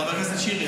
חבר הכנסת שירי,